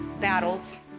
battles